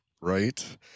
right